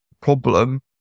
problem